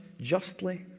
justly